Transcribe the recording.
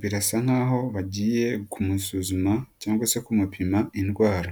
Birasa nkaho bagiye kumusuzuma, cyangwa se kumupima indwara.